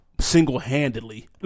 single-handedly